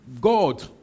God